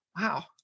Wow